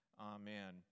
amen